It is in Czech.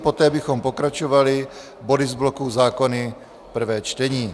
Poté bychom pokračovali body z bloku zákony prvé čtení.